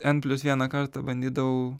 n plius vieną kartą bandydavau